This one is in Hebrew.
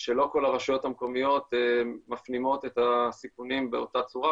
שלא כל הרשויות המקומיות מפנימות את הסיכונים באותה צורה,